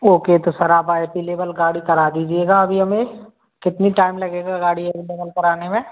okay तो sir आप available गाड़ी करा दीजिएगा अभी हमें कितनी टाइम लगेगा गाड़ी अवेलेबल कराने में